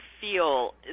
feel